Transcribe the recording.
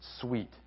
sweet